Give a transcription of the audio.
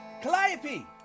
Calliope